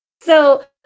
So-